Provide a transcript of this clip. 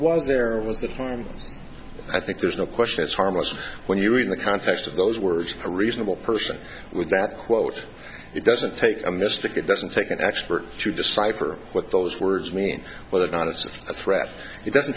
was there was a time i think there's no question it's harmless when you read the context of those words a reasonable person with that quote it doesn't take a mystic it doesn't take an expert to decipher what those words mean whether or not it's a threat it doesn't